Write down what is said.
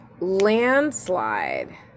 Landslide